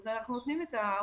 אז אנחנו נותנים את האורכות.